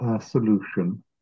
Solution